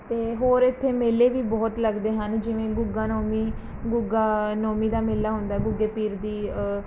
ਅਤੇ ਹੋਰ ਇੱਥੇ ਮੇਲੇ ਵੀ ਬਹੁਤ ਲੱਗਦੇ ਹਨ ਜਿਵੇਂ ਗੁੱਗਾ ਨੌਮੀ ਗੁੱਗਾ ਨੌਮੀ ਦਾ ਮੇਲਾ ਹੁੰਦਾ ਗੁੱਗੇ ਪੀਰ ਦੀ